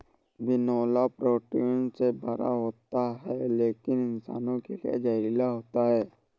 बिनौला प्रोटीन से भरा होता है लेकिन इंसानों के लिए जहरीला होता है